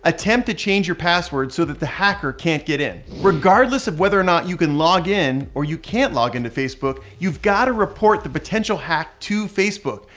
attempt to change your password so that the hacker can't get in. regardless of whether or not you can log in or you can't log into facebook, you've got to report the potential hack to facebook.